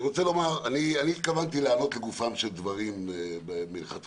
אני התכוונתי לענות לגופם של דברים מלכתחילה,